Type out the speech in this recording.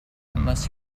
unless